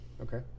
Okay